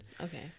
Okay